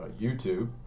YouTube